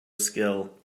skill